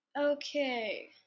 okay